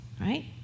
Right